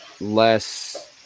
less